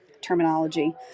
terminology